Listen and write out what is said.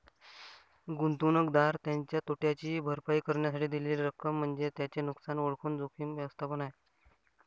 गुंतवणूकदार त्याच्या तोट्याची भरपाई करण्यासाठी दिलेली रक्कम म्हणजे त्याचे नुकसान ओळखून जोखीम व्यवस्थापन आहे